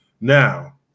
Now